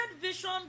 vision